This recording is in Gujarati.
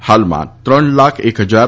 ગઈ છે હાલમાં ત્રણ લાખ એક હજાર